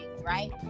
right